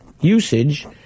usage